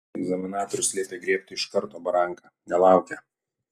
egzaminatorius liepė griebti iš karto baranką nelaukė